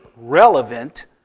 relevant